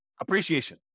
appreciation